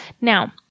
Now